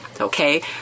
Okay